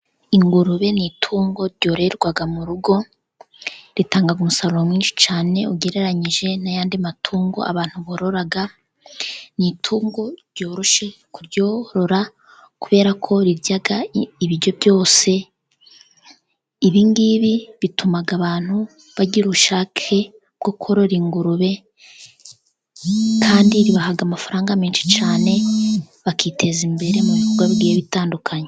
Ingurube ni itungo ryororerwa mu rugo, ritanga umusaruro mwinshi cyane, ugereranyije n'ayandi matungo abantu borora, ni itungo ryoroshye kuryorora kubera ko rirya ibiryo byose, ibi ngibi bituma abantu bagira ubushake bwo korora, ingurube kandi ribaha amafaranga menshi cyane bakiteza imbere, mu bikorwa bigiye bitandukanye.